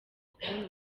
kubona